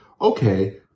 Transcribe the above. okay